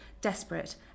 desperate